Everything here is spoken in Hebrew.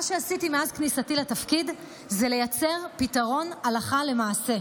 מה שעשיתי מאז כניסתי לתפקיד זה לייצר פתרון הלכה למעשה,